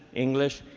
english,